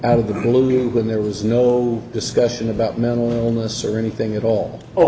out of the blue when there was no discussion about mental illness or anything at all oh